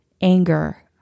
anger